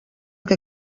que